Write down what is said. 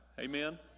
Amen